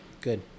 Good